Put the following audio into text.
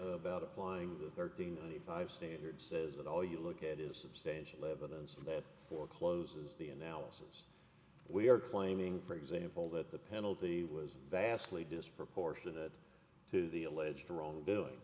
about applying the thirteen the five standard says that all you look at is substantial evidence that forecloses the analysis we are claiming for example that the penalty was vastly disproportionate to the alleged wrongdoing